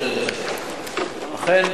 אכן,